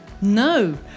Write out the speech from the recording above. No